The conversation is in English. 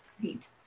great